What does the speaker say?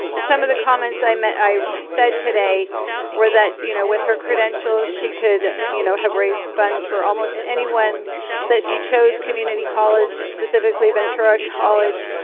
um some of the comments i mean i said today were that, you know, with her credentials, she could you know have raised funds for almost anyone that she chose community college specifically ventura college,